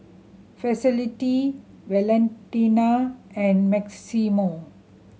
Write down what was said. Felicity Valentina and Maximo